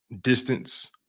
distance